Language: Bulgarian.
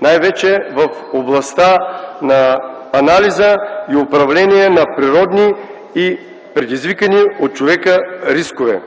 най-вече в областта на анализа и управление на природни и предизвикани от човека рискове.